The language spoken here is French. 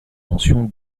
mention